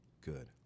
good